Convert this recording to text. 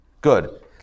Good